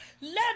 let